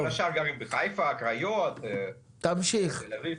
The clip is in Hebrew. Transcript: השאר גרים בחיפה, בקריות, בתל אביב.